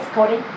Cody